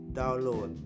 download